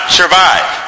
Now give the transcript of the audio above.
survive